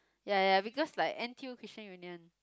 ya ya because like N_T_U Christian union